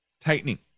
tightening